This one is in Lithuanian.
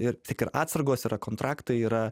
ir tiek ir atsargos yra kontraktai yra